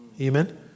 Amen